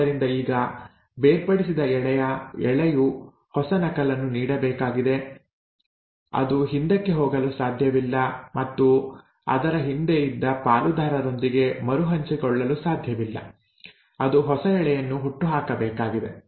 ಆದ್ದರಿಂದ ಈಗ ಈ ಬೇರ್ಪಡಿಸಿದ ಎಳೆಯು ಹೊಸ ನಕಲನ್ನು ನೀಡಬೇಕಾಗಿದೆ ಅದು ಹಿಂದಕ್ಕೆ ಹೋಗಲು ಸಾಧ್ಯವಿಲ್ಲ ಮತ್ತು ಅದರ ಹಿಂದೆ ಇದ್ದ ಪಾಲುದಾರರೊಂದಿಗೆ ಮರುಹಂಚಿಕೊಳ್ಳಲು ಸಾಧ್ಯವಿಲ್ಲ ಅದು ಹೊಸ ಎಳೆಯನ್ನು ಹುಟ್ಟುಹಾಕಬೇಕಾಗಿದೆ